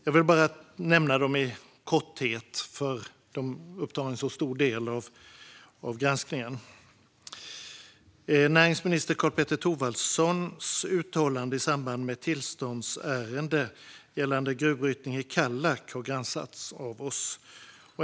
Jag vill bara nämna dem i korthet, för de upptar en stor del av granskningen. Näringsminister Karl-Petter Thorwaldssons uttalande i samband med ett tillståndsärende gällande gruvbrytning i Kallak har granskats av oss.